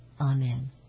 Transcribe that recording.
Amen